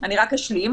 --- אני רק אשלים.